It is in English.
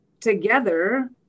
together